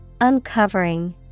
Uncovering